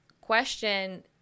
question